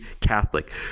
Catholic